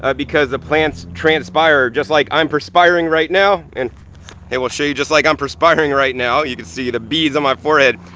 ah because the plants transpire, just like i'm perspiring right now, and we'll show you just like i'm perspiring right now. you can see the beads on my forehead.